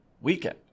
weekend